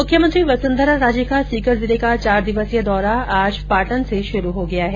मुख्यमंत्री वसुंधरा राजे का सीकर जिले का चार दिवसीय दौरा आज पाटन से शुरु हो गया गया है